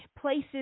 places